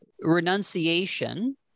renunciation